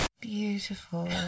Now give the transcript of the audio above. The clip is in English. Beautiful